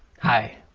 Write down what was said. hi.